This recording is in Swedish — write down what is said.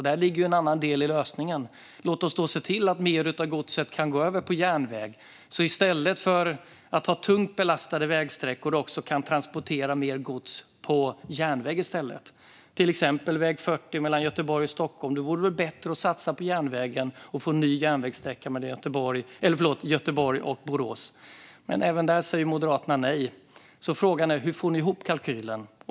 Däri ligger en annan del av lösningen: Låt oss se till att mer av godset kan gå över på järnväg, så att vi i stället för att ha tungt belastade vägsträckor kan transportera mer gods på järnväg! Det gäller till exempel väg 40 mellan Göteborg och Borås. Det vore väl bättre att satsa på järnvägen och få en ny järnvägssträcka mellan Göteborg och Borås. Men även där säger Moderaterna nej. Frågan är därför: Hur får ni ihop kalkylen?